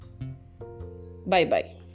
Bye-bye